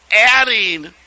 adding